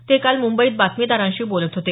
ते काल मुंबईत बातमीदारांशी बोलत होते